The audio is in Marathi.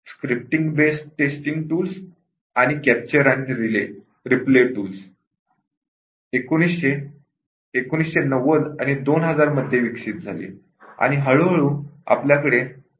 स्क्रिप्टिंग बेस्ड टेस्टींग टूल्स आणि कॅप्चर आणि रीप्ले टूल्स १९९० २००० मध्ये विकसित झाली आणि हळूहळू आपल्याकडे अधिकाधिक टूल्स दिसू लागली आहेत